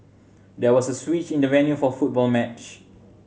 there was a switch in the venue for football match